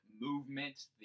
movements